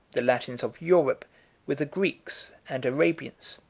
the latins of europe with the greeks and arabians,